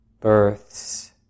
births